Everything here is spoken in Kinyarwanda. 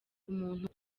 umuntu